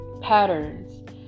patterns